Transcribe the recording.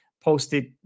posted